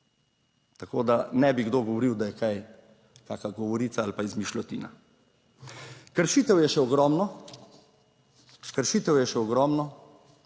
tako da ne bi kdo govoril, da je kaj taka govorica ali pa izmišljotina. Kršitev je še ogromno.